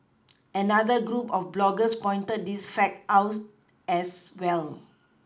another group of bloggers pointed this fact out as well